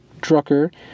Drucker